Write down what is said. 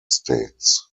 states